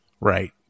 right